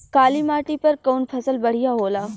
काली माटी पर कउन फसल बढ़िया होला?